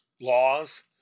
laws